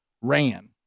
ran